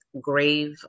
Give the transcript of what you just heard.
grave